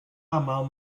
aml